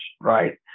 right